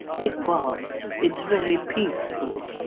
it was. it's very peaceful.